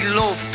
love